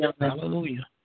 Hallelujah